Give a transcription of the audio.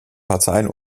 parteien